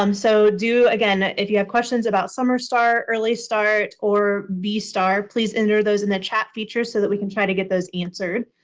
um so do, again, if you have questions about summer start, early start, or vstar, please enter those in the chat feature so we can try to get those answered.